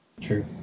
True